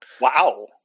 Wow